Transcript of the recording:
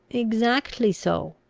exactly so.